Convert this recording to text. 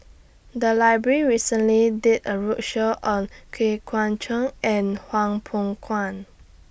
The Library recently did A roadshow on Yeun Thong and Hwang Peng